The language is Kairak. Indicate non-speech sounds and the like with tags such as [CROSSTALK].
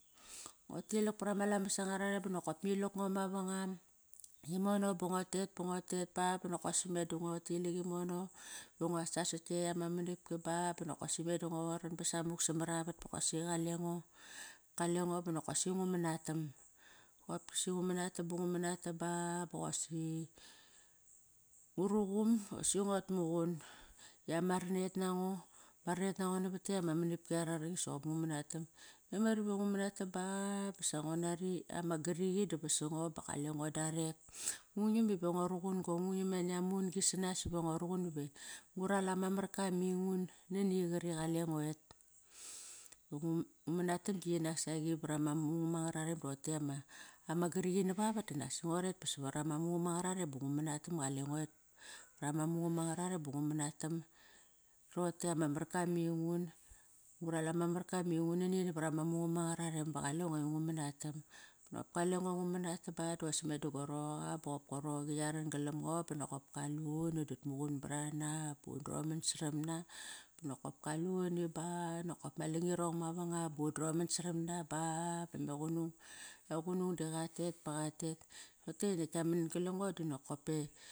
Ngo tilak parama lamas angararem ba nokop ma ilak ngo mavangam imono ba ngua tet bo ngo tet ba bonokosi meda ngo tilak imono va nguasask ketk ama manapki ba, ba nokosi meda ngo ran ba samuk samdravat bosi qalengo. Kalengo bonokopsi ngu manatam. Qopsi ngu manatam ba ngu manatam ba bosi ngu ruqum bosi nguat muqun lama ranet nango, ma ranet nango navat ktiet ama manapki ara rangi soqop ngu manatam. Memar iva ngu manatam ba basa ngo nari ama gariqi da vasango ba qalengo darek. Ngu nam iva ngua ruqun go, ngung nam nani ama un-gi sanas ive ngua ruqun ive ngural anga marka mingun nani qari qalengo et, va ngu manatam gi nak saqi barama mungam angararem rote ama gariqi navavat dinak si nguaret ba savar ama mungam angararem ba ngu manatam. Qalengo et brama mungam anga rarem ba ngu manatam Roqotei ama marka me ingun, ngural ama marka mingun nani navar ama mungam anga rarem ba qalengi ngu manatam. Banop kalengo ngu manatam ba dosaqi meda go roqa boqop go roqi ya ran galam ngo bonokop kalut unit mugun brana bu doman savarana nokop kaluni ba nokop ma langirong mavangam bu undroman saram na ba, ba me qunungm, e qunung di qatet ba qatet. [UNINTELLIGIBLE]